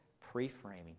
pre-framing